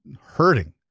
hurting